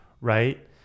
Right